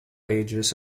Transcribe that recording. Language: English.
ages